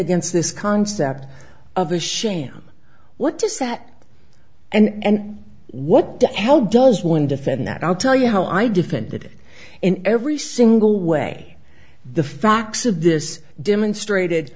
against this concept of a sham what does that and what does how does one defend that i'll tell you how i defended it in every single way the facts of this demonstrated